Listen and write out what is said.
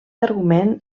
argument